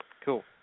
cool